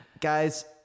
guys